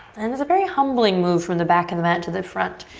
and it's a very humbling move from the back of the mat to the front.